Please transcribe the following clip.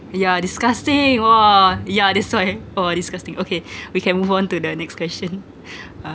yeah disgusting !wah! yeah that's why !wah! disgusting okay we can move on to the next question uh